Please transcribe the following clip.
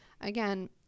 again